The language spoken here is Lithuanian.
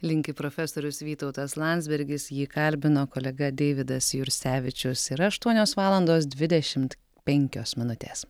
linki profesorius vytautas landsbergis jį kalbino kolega deividas jursevičius yra aštuonios valandos dvidešimt penkios minutės